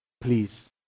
please